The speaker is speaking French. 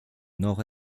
nord